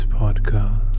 podcast